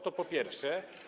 To po pierwsze.